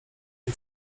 nie